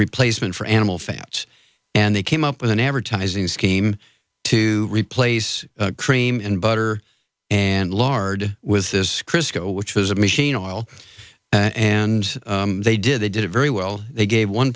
replacement for animal fats and they came up with an advertising scheme to replace cream and butter and lard with this chris go which was a machine oil and they did they did it very well they gave one